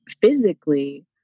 physically